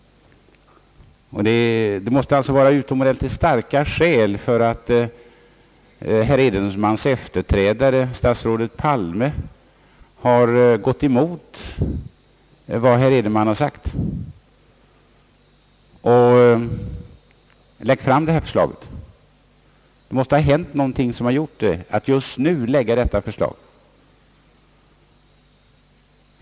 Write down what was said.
Det måste vara utomordentligt starka skäl som gjort att herr Edenmans efterträdare, statsrådet Palme, har gått emot herr Edenmans anvisningar och lagt fram detta förslag. Det måste ha hänt någonting eftersom man lägger fram det just nu.